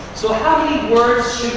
so, how many words